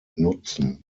nutzen